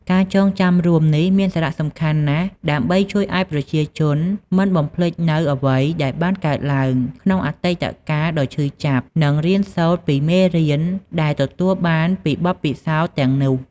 ការចងចាំរួមនេះមានសារៈសំខាន់ណាស់ ដើម្បីជួយឲ្យប្រជាជន មិនបំភ្លេចនូវអ្វីដែលបានកើតឡើង ក្នុងអតីតកាលដ៏ឈឺចាប់ និង រៀនសូត្រពីមេរៀន ដែលទទួលបានពីបទពិសោធន៍ទាំងនោះ។